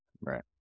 right